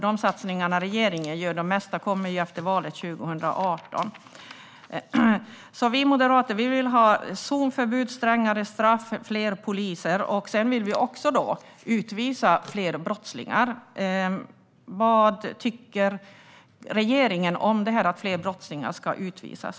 De satsningar regeringen gör kommer till största delen efter valet 2018. Vi moderater vill alltså ha zonförbud, strängare straff och fler poliser, och vi vill också utvisa fler brottslingar. Vad tycker regeringen om att fler brottslingar ska utvisas?